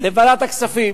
לוועדת הכספים